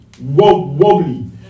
wobbly